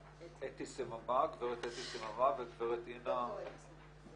סממה, גברת אינה חוסיד דיומן.